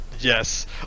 yes